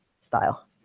style